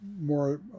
more